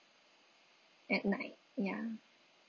at night ya